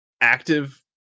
active